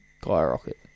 skyrocket